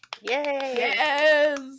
yes